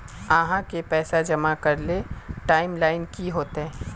आहाँ के पैसा जमा करे ले टाइम लाइन की होते?